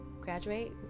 graduate